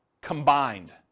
combined